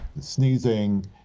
sneezing